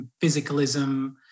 physicalism